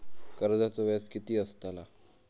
कर्जाचो व्याज कीती असताला?